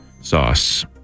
Sauce